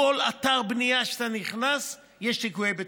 בכל אתר בנייה שאתה נכנס יש ליקויי בטיחות,